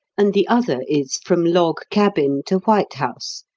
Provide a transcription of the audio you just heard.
and the other is from log cabin to white house,